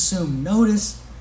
Notice